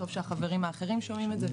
טוב שהחברים האחרים שומעים את זה.